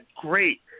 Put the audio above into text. great